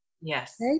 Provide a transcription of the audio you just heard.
Yes